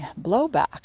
blowback